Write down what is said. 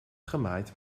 gemaaid